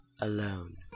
alone